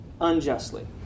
unjustly